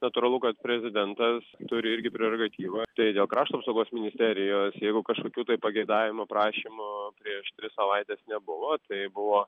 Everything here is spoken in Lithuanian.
natūralu kad prezidentas turi irgi prerogatyvą tai dėl krašto apsaugos ministerijos jeigu kažkokių tai pageidavimų prašymų prieš tris savaites nebuvo tai buvo